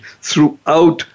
throughout